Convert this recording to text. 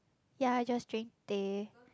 ya I just drink teh